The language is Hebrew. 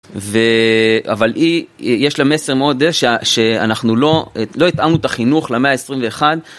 אבל יש לה מסר מאוד שאנחנו לא התאמנו את החינוך למאה ה-21